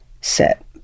set